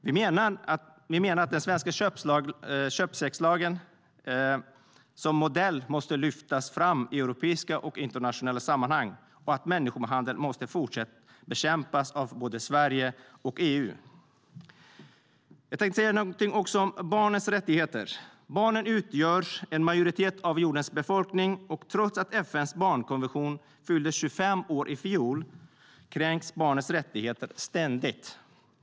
Vi menar att den svenska sexköpslagen som modell måste lyftas fram i europeiska och internationella sammanhang och att människohandel måste fortsätta att bekämpas av både Sverige och EU. Jag tänkte också säga något om barns rättigheter. Barnen utgör en majoritet av jordens befolkning, och trots att FN:s barnkonvention fyllde 25 år i fjol kränks barnens rättigheter ständigt.